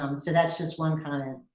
um so that's just one comment.